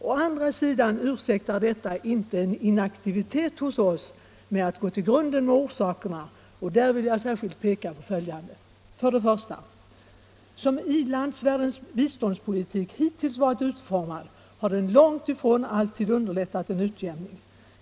Å andra sidan ursäktar detta inte en inaktivitet hos oss när det gäller att gå till grunden med orsakerna, och därvidlag vill jag särskilt peka på följande: 1. Som i-landsvärldens biståndspolitik hittills varit utformad har den långt ifrån alltid underlättat en utjämning.